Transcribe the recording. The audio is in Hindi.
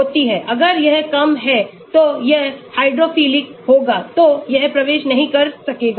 अगर यह कम है तो यह हाइड्रोफिलिक होगा तो यह प्रवेश नहीं कर सकेगा